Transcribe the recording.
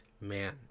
man